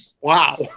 wow